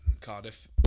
Cardiff